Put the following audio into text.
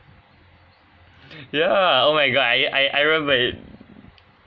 ya oh my god I I I remember it